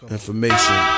Information